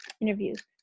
interviews